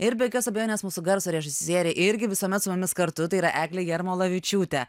ir be jokios abejonės mūsų garso režisierė irgi visuomet su mumis kartu tai yra eglė jarmolavičiūtė